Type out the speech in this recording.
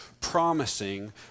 promising